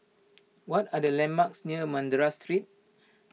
what are the landmarks near Madras Street